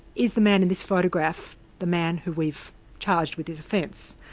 is the man in this photograph the man who we've charged with this offence?